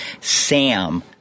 Sam